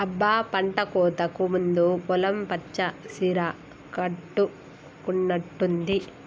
అబ్బ పంటకోతకు ముందు పొలం పచ్చ సీర కట్టుకున్నట్టుంది